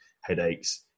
headaches